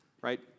Right